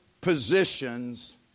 positions